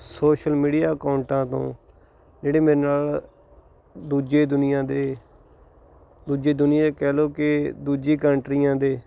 social media ਅਕਾਊਂਟਾਂ ਤੋਂ ਜਿਹੜੇ ਮੇਰੇ ਨਾਲ ਦੂਜੇ ਦੁਨੀਆਂ ਦੇ ਦੂਜੀ ਦੁਨੀਆ ਕਹਿ ਲਓ ਕਿ ਦੂਜੀ ਕੰਟਰੀਆਂ ਦੇ